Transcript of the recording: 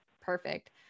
perfect